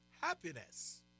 happiness